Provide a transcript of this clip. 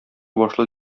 башлы